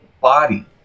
body